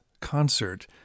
concert